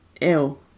ill